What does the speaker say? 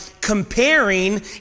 comparing